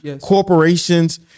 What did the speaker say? corporations